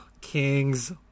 Kings